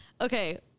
Okay